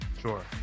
Sure